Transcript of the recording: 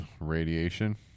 radiation